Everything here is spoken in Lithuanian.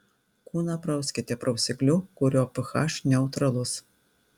kūną prauskite prausikliu kurio ph neutralus